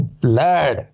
blood